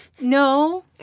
no